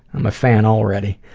i'm a fan already.